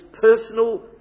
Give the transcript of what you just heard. personal